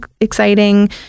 exciting